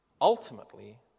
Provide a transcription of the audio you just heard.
ultimately